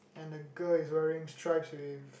and the girl is wearing stripes with